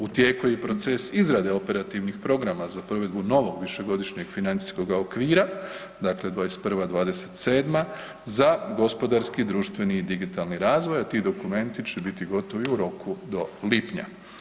U tijeku je i proces izrade operativnih programa za provedbu novog višegodišnjeg financijskoga okvira, dakle '21.-'27. za gospodarski, društveni i digitalni razvoj, a ti dokumenti će biti gotovi u roku do lipnja.